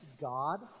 God